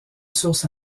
sources